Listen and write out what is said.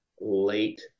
late